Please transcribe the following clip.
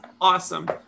awesome